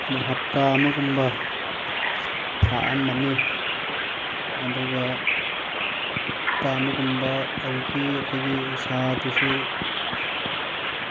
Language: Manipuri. ꯑꯗ ꯍꯞꯇꯥ ꯑꯃꯒꯨꯝꯕ ꯊꯥꯛꯑꯝꯃꯅꯤ ꯑꯗꯨꯒ ꯍꯞꯇꯥ ꯑꯃꯒꯨꯝꯕ ꯑꯗꯒꯤ ꯑꯩꯈꯣꯏꯒꯤ ꯎꯁꯥꯗꯨꯁꯨ